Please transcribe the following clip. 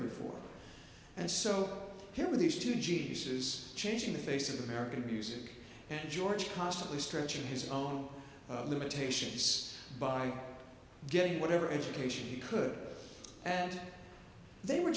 before and so here were these two geniuses changing the face of the american music and george possibly stretching his own limitations by getting whatever education he could and they were